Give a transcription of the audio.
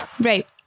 right